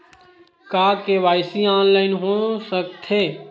का KYC online हो सकथे?